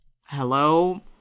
hello